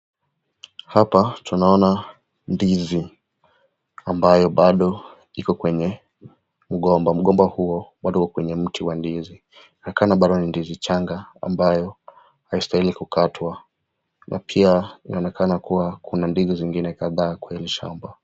Hapa tunaona ndizi ambayo bado iko kwenye mgomba. Mgomba huo bado uko kwenye mti wa ndizi. Inaonekana bado ni ndizi changa ambayo haistahili kukatwa na pia inaonekana kuwa kuna ndizi zingine kadhaa kwenye hili shamba.